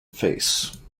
face